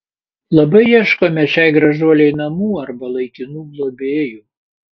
labai ieškome šiai gražuolei namų arba laikinų globėjų